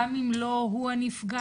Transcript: גם אם לא הוא הנפגע,